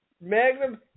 Magnum